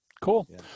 Cool